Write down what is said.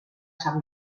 sant